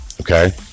Okay